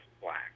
black